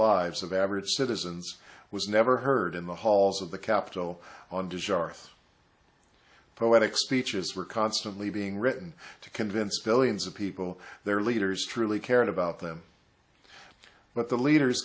lives of average citizens was never heard in the halls of the capitol on desire poetic speeches were constantly being written to convince billions of people their leaders truly cared about them but the leaders